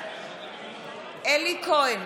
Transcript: בעד אלי כהן,